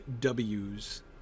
W's